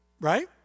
Right